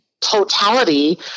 totality